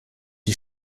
die